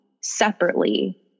separately